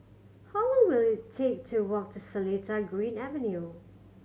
how long will it take to walk to Seletar Green Avenue